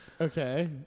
Okay